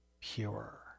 pure